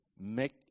make